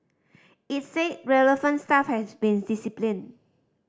it said relevant staff has been disciplined